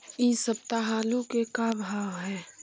इ सप्ताह आलू के का भाव है?